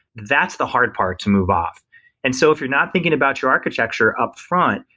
that's the hard part to move off and so if you're not thinking about your architecture upfront,